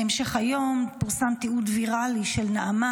בהמשך היום פורסם תיעוד ויראלי של נעמה,